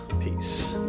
peace